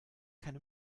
keine